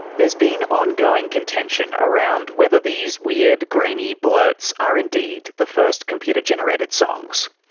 there's been ongoing contention around whether these weird grainy blurts are indeed the first computer-generated songs.